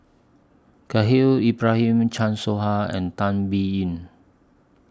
Khahil Ibrahim Chan Soh Ha and Tan Biyun